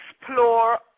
Explore